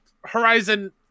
Horizon